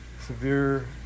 severe